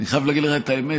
אני חייב להגיד לך את האמת.